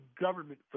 government